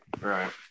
right